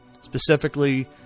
specifically